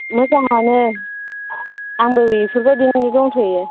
मोजां आनो आंबो बिफोरबादियैनो दंथ'यो